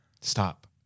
Stop